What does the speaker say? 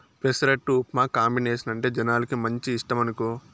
పెసరట్టు ఉప్మా కాంబినేసనంటే జనాలకు మంచి ఇష్టమనుకో